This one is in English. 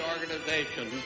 organization